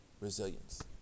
resilience